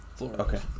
Okay